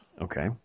Okay